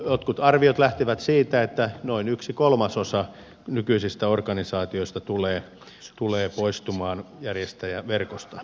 jotkut arviot lähtevät siitä että noin yksi kolmasosa nykyisistä organisaatioista tulee poistumaan järjestäjäverkosta